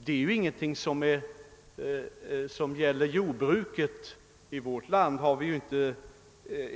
Detta gäller inte speciellt jordbruket, ty i vårt land har vi inte